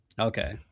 Okay